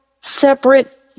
separate